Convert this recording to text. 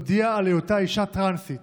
הודיעה על היותה אישה טרנסית